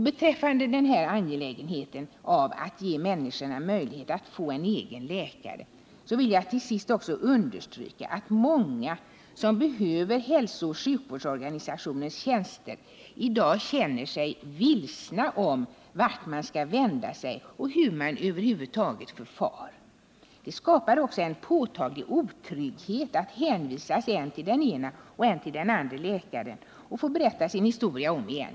Beträffande angelägenheten av att ge människorna möjlighet att få en egen läkare vill jag till sist också understryka att många som behöver hälsooch sjukvårdsorganisationens tjänster i dag känner sig vilsna med avseende på vart de skall vända sig och hur de skall förfara. Det skapar en påtaglig otrygghet att hänvisas än till den ena, än till den andra läkaren och få berätta sin historia om igen.